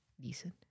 decent